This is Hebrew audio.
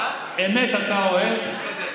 משתדל.